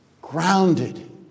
Grounded